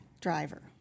Driver